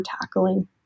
tackling